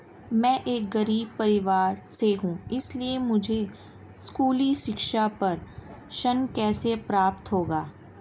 मैं एक गरीब परिवार से हूं इसलिए मुझे स्कूली शिक्षा पर ऋण कैसे प्राप्त होगा?